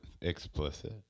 Explicit